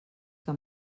que